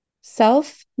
self